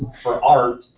for art.